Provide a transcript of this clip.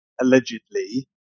allegedly